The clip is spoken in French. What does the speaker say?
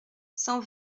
cent